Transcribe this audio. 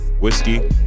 Whiskey